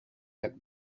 had